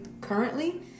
currently